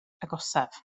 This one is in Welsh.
agosaf